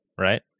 right